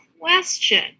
question